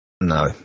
No